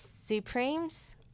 Supremes